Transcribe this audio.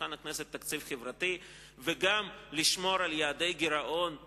שולחן הכנסת תקציב חברתי וגם לשמור על יעדי גירעון סבירים.